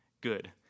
good